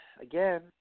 Again